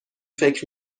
فکر